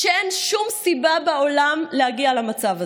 כשאין שום סיבה בעולם להגיע למצב הזה.